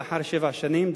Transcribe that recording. לאחר שבע שנים.